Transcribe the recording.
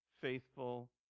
faithful